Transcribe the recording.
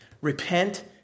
Repent